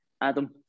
Adam